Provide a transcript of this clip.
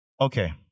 Okay